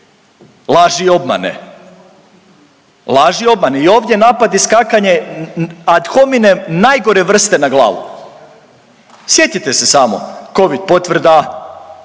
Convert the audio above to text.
laži i obmane, laži i obmane. I ovdje napadi skakanje ad hominem najgore vrste na glavu. Sjetite se samo covid potvrda,